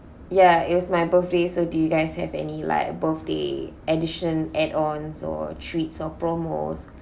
ya is my birthday so do you guys have any like birthday edition add ons or treats or promos